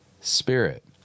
spirit